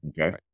Okay